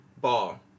ball